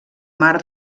mar